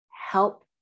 help